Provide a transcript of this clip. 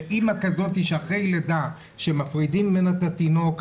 אמא כזאת שאחרי לידה מפרידים ממנה את התינוק,